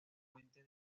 puente